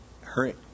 Hurry